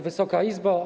Wysoka Izbo!